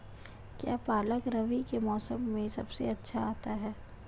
क्या पालक रबी के मौसम में सबसे अच्छा आता है?